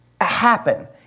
happen